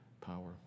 power